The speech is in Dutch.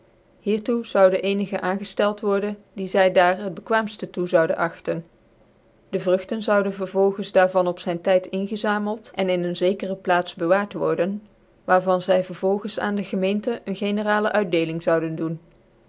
toe zouden ccnigc aangcftcld worden dit zy daar het bekwaamde toe zouden agtcn de vrugtcn zoude vervolgens daar van op zyn tyd ingezameld en in een zcekere plaats bcwaardt worden waar van zy vervolgens aan dc gemeente een gcncraale uitdccline zoude doen